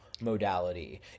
modality